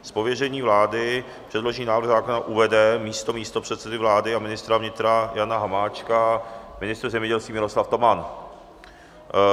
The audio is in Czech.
Z pověření vlády předložený návrh zákona uvede místo místopředsedy vlády a ministra vnitra Jana Hamáčka ministr zemědělství Miroslav Toman.